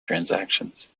transactions